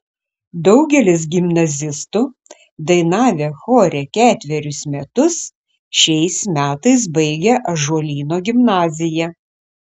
daugelis gimnazistų dainavę chore ketverius metus šiais metais baigia ąžuolyno gimnaziją